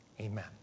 Amen